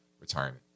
retirement